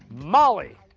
molly,